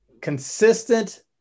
consistent